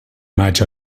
maig